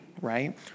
right